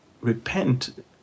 repent